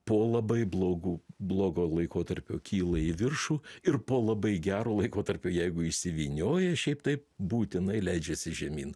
po labai blogų blogo laikotarpio kyla į viršų ir po labai gero laikotarpio jeigu išsivynioja šiaip taip būtinai leidžiasi žemyn